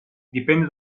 dipende